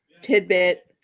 tidbit